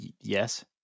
Yes